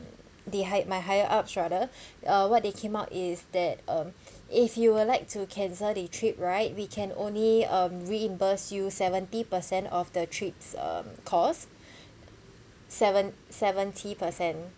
the high~ my higher ups rather uh what they came out is that um if you would like to cancel the trip right we can only uh reimburse you seventy percent of the trip's um cost seven~ seventy percent